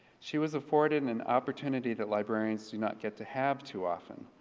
she was afforded an opportunity that librarians do not get to have too often,